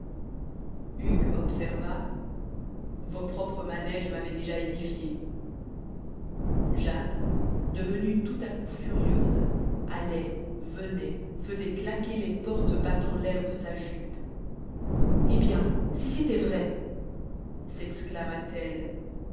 hugues observa vos propres manèges m'avaient déjà édifié jane devenue tout à coup furieuse allait venait faisait claquer les portes battant l'air de sa jupe eh bien si c'était vrai